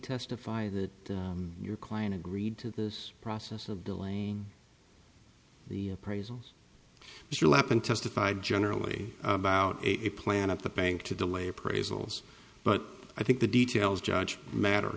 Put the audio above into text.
testify that your client agreed to this process of delaying the appraisals your lap and testified generally about a plan at the bank to delay appraisals but i think the details judge matter